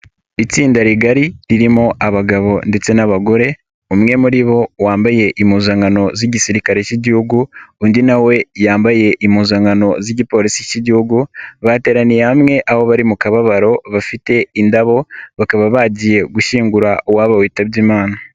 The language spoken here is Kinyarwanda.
Itsinda rigari ririmo abagabo ndetse n'abagore, umwe muri bo wambaye impuzankano z'igisirikare cy'igihugu, undi na we yambaye impuzankano z'igipolisi cy'igihugu, bateraniye hamwe aho bari mu kababaro bafite indabo, bakaba bagiye gushyingura uwabo witabye imana.